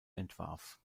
entwarf